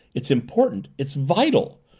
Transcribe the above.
it's important, it's vital!